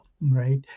right